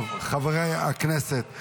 חברי הכנסת,